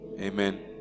Amen